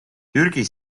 türgi